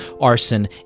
arson